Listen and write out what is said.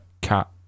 cat